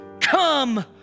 come